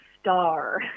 star